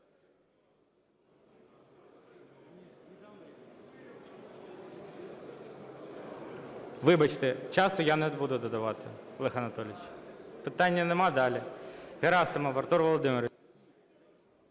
Вибачте, часу я не буду додавати, Олег Анатолійович. Питання нема – далі. Герасимов Артур Володимирович.